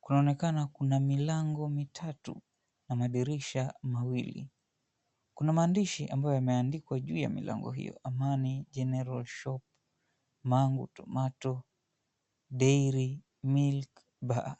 kunaonekana kuna milango mitatu na madirisha mawili. Kuna maandishi ambayo yameandikwa juu ya milango hiyo, "Amani General Shop, Mangu Tomato Dairy Milk Bar."